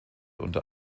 unter